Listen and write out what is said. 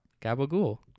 gabagool